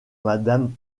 madame